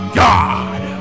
god